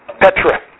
Petra